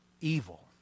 evil